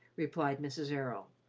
replied mrs. errol,